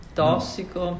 tossico